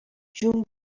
جون